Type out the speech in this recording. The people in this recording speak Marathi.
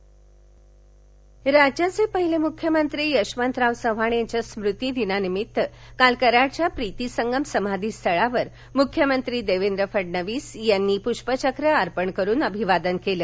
यशवंतराव चव्हाण राज्याचे पहिले मुख्यमंत्री यशवंतराव चव्हाण यांच्या स्मृती दिनानिमित्त काल कराडच्या प्रीतिसंगम समाधी स्थळावर मुख्यमंत्री देवेंद्र फडणवीस यांनी पृष्पचक्र अर्पण करून अभिवादन केलं